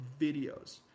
videos